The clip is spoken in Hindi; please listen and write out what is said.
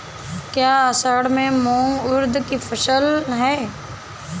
क्या असड़ में मूंग उर्द कि फसल है?